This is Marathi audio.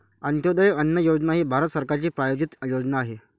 अंत्योदय अन्न योजना ही भारत सरकारची प्रायोजित योजना आहे